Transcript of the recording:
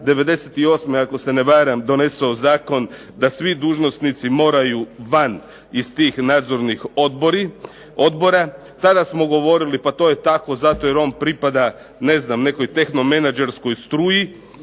'98. ako se ne varam donesao zakon da svi dužnosnici moraju van iz tih nadzornih odbora. Tada smo govorili pa to je tako zato jer on pripada ne znam nekoj tehno menadžerskoj struji.